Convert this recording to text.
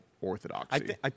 orthodoxy